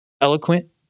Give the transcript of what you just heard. eloquent